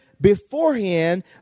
beforehand